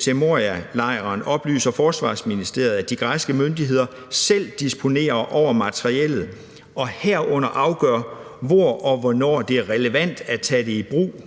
til Morialejren, oplyser Forsvarsministeriet, at de græske myndigheder selv disponerer over materiellet, og at de herunder afgør, hvor og hvornår det er relevant at tage det i brug.